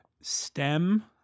stem